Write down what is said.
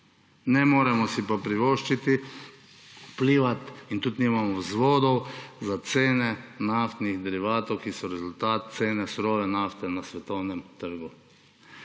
ne moremo si pa privoščiti vplivati in tudi nimamo vzvodov na cene naftnih derivatov, ki so rezultat cene surove nafte na svetovnem trgu.